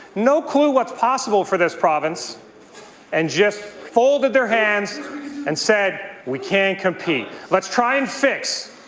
no clue what is possible for this province and just folding their hands and said we can't compete. let's try and fix,